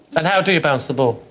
and how do you bounce the ball?